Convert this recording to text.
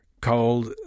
called